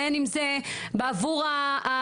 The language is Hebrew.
והן אם זה בעבור העגונות,